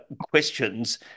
questions